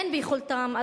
אין ביכולתם,